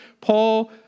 Paul